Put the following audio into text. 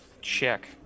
check